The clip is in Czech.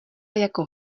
jako